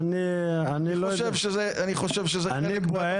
אני חושב שזה חלק מהתפקיד במדינה.